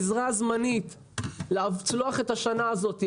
עזרה זמנית לצלוח את השנה הזאת.